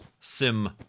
sim